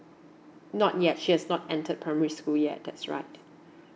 not yet she has not entered primary school yet that's right